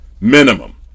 Minimum